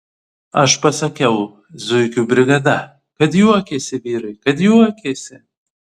aš pasakiau zuikių brigada kad juokėsi vyrai kad juokėsi